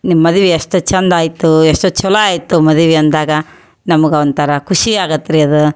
ನಿಮ್ಮ ಮದ್ವೆ ಎಷ್ಟು ಚೆಂದ ಆಯ್ತು ಎಷ್ಟು ಚೊಲೋ ಆಯಿತು ಮದುವೆ ಅಂದಾಗ ನಮ್ಗೆ ಒಂಥರ ಖುಷಿ ಆಗತ್ತೆ ರೀ ಅದು